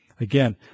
Again